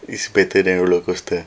is better than a roller coaster